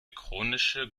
chronische